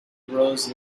rose